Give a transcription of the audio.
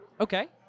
Okay